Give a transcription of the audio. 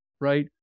right